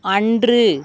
அன்று